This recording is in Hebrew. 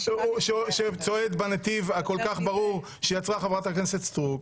שצועד בנתיב הכול-כך ברור שיצרה חברת הכנסת סטרוק,